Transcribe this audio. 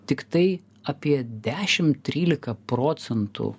tiktai apie dešim trylika procentų